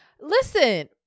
listen